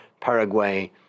Paraguay